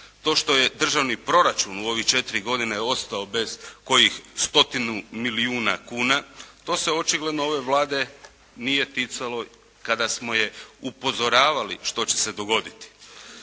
to što je državni proračun u ovih 4 godine ostao bez kojih 100-tinu milijuna kuna, to se očigledno ove Vlade nije ticalo kada smo je upozoravali što će se dogoditi.